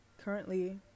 currently